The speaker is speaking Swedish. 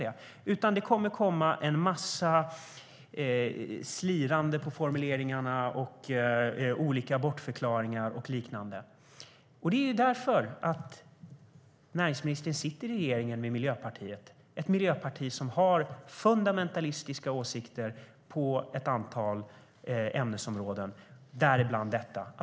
Det kommer i stället en massa slirande på formuleringarna och olika bortförklaringar och liknande, och det är för att näringsministern sitter i regering med Miljöpartiet - ett miljöparti som har fundamentalistiska åsikter inom ett antal ämnesområden, däribland detta.